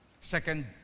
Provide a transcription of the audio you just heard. Second